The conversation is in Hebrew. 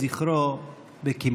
אנחנו עוברים לישיבה המיוחדת לזכרו של שר